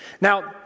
Now